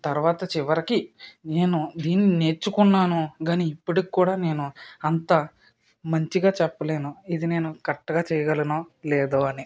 తరువాత చివరకి నేను దీన్ని నేర్చుకున్నాను కానీ ఇప్పటికి కూడా నేను అంత మంచిగా చెప్పలేను ఇది నేను కరెక్ట్గా చేయగలనో లేదో అని